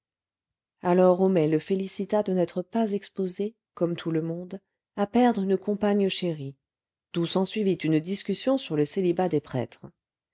alors homais le félicita de n'être pas exposé comme tout le monde à perdre une compagne chérie d'où s'ensuivit une discussion sur le célibat des prêtres